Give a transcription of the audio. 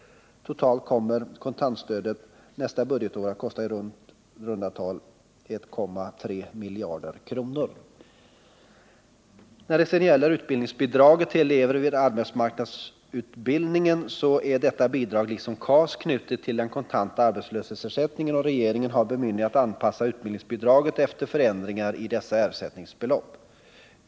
Totalt kommer kontantstödet nästa budgetår att kosta i runt tal 1,3 miljarder. När det sedan gäller utbildningsbidraget till elever i arbetsmarknadsutbildning, så är detta bidrag liksom KAS knutet till den kontanta arbetslöshetsersättningen, och regeringen har bemyndigande att anpassa utbildningsbidraget efter förändringar i dessa ersättningsbelopp.